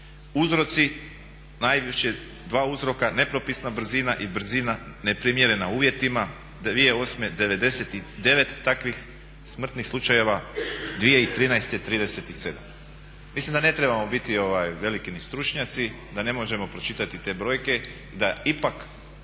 Uzroci, najviše dva uzroka, nepropisna brzina i brzina neprimjerena uvjetima. 2008. 99 takvih smrtnih slučajeva, 2013. 37. Mislim da ne trebamo biti veliki ni stručnjaci da ne možemo pročitati te brojke i da ipak